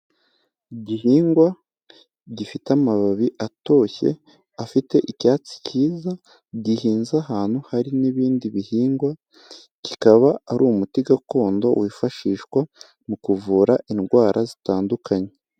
Igihingwa gifite amababi atoshye, afite icyatsi kiza gihinze ahantu hari n'ibindi bihingwa, kikaba ari umuti gakondo, wifashishwa mu kuvura indwara zitandukanye.